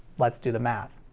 let's do the math.